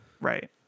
right